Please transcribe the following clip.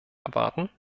erwarten